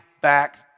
back